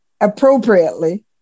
appropriately